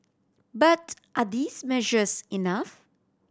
but are these measures enough